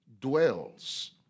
dwells